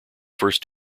first